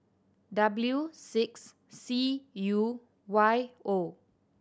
W six C U Y O